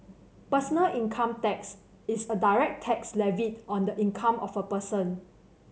personal income tax is a direct tax levied on the income of a person